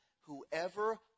Whoever